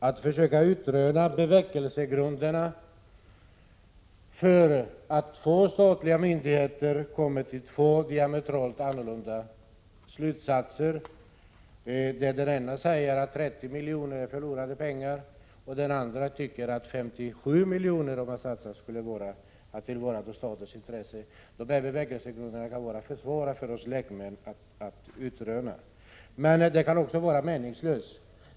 Herr talman! Två statliga myndigheter kommer till två diametralt olika slutsatser: den ena myndigheten säger att 30 milj.kr. är förlorade pengar, och den andra tycker, att om man satsar 57 milj.kr., är det att tillvarata statens intressen. Att utröna bevekelsegrunderna för sådant kan vara alltför svårt för oss lekmän. Men det är också meningslöst.